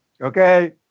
Okay